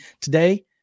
Today